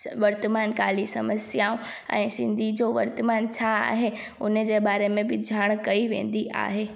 वर्तमान काल जी समस्याऊं ऐं सिंधी जो वर्तमान छा आहे उन जे बारे में बि ॼाण कई वेंदी आहे